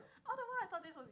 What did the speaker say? all the while thought this were